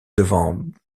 devant